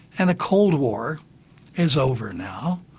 and the cold war is over now.